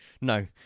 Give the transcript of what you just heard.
No